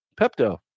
Pepto